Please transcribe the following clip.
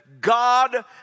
God